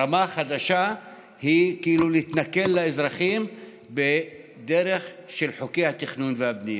הרמה החדשה היא כאילו להתנכל לאזרחים דרך חוקי התכנון והבנייה.